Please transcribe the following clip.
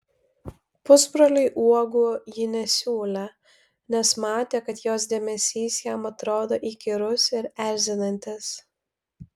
pusbroliui uogų ji nesiūlė nes matė kad jos dėmesys jam atrodo įkyrus ir erzinantis